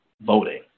voting